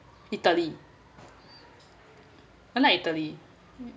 italy I like italy